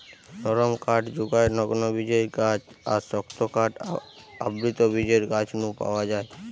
নরম কাঠ জুগায় নগ্নবীজের গাছ আর শক্ত কাঠ আবৃতবীজের গাছ নু পাওয়া যায়